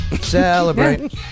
Celebrate